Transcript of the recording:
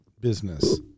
business